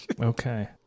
Okay